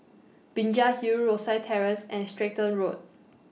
Binjai Hill Rosyth Terrace and Stratton Road